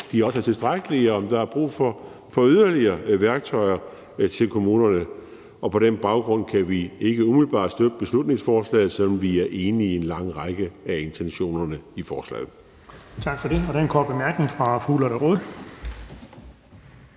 om de også er tilstrækkelige, og om der er brug for yderligere værktøjer til kommunerne, og på den baggrund kan vi ikke umiddelbart støtte beslutningsforslaget, selv om vi er enige i en lang række af intentionerne i forslaget.